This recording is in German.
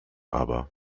aber